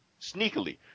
sneakily